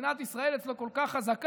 שנאת ישראל אצלו היא כל כך חזקה,